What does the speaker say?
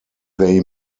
they